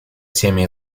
теми